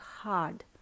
hard